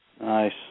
Nice